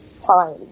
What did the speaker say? time